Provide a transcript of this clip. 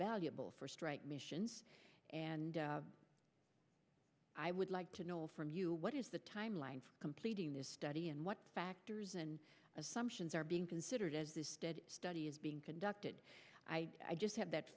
valuable for strike missions and i would like to know from you what is the timeline for completing this study and what factors and assumptions are being considered as this study is being conducted i just have that